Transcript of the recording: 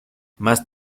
más